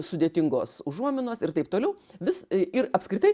sudėtingos užuominos ir taip toliau vis ir apskritai